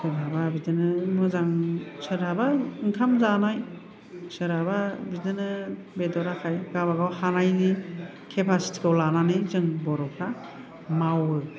सोरहाबा बिदिनो मोजां सोरहाबा ओंखाम जानाय सोरहाबा बिदिनो बेदर ओंखाम गावबागाव हानायनि केपासिटि खौ लानानै जों बर'फोरा मावो